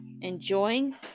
enjoying